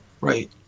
Right